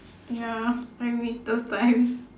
ya I miss those time